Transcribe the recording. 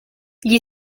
gli